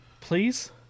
Please